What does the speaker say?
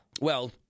Well-